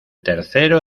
tercero